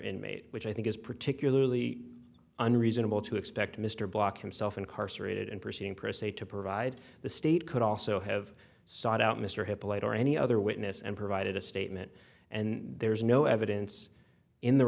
inmate which i think is particularly unreasonable to expect mr block himself incarcerated and proceeding proceed to provide the state could also have sought out mr hip late or any other witness and provided a statement and there is no evidence in the